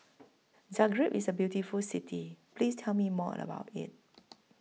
Zagreb IS The beautiful City Please Tell Me More about IT